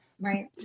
right